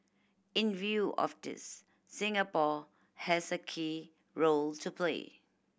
in view of this Singapore has a key role to play